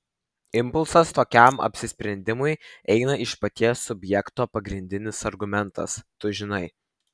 impulsas tokiam apsisprendimui eina iš paties subjekto pagrindinis argumentas tu žinai